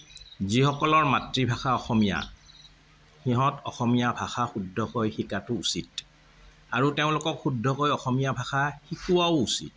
যিসকলৰ মাতৃভাষা অসমীয়া সিহঁতে অসমীয়া ভাষা শুদ্ধকৈ শিকাটো উচিত আৰু তেওঁলোকক শুদ্ধকৈ অসমীয়া ভাষা শিকোৱাও উচিত